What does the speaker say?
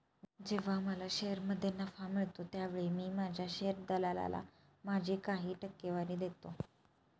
जेव्हा मला शेअरमध्ये नफा मिळतो त्यावेळी मी माझ्या शेअर दलालाला माझी काही टक्केवारी देतो